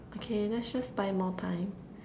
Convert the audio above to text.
okay let's just buy more time